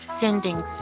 sending